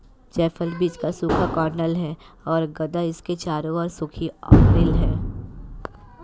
जायफल बीज का सूखा कर्नेल है और गदा इसके चारों ओर सूखी अरिल है